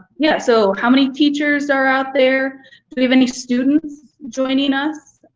yeah, so how many teachers are out there? do we have any students joining us